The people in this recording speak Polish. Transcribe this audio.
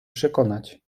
przekonać